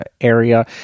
area